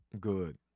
Good